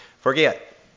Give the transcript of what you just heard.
Forget